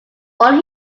all